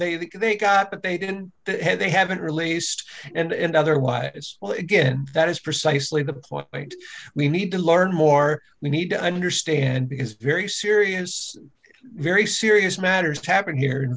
think they got that they didn't they haven't released and otherwise well again that is precisely the point we need to learn more we need to understand because very serious very serious matters happened here